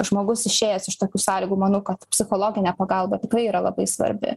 žmogus išėjęs iš tokių sąlygų manau kad psichologinė pagalba tikrai yra labai svarbi